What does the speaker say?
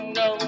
no